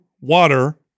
water